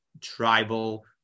tribal